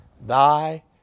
Thy